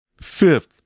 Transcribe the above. Fifth